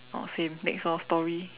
oh same next orh story